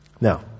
Now